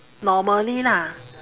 normally lah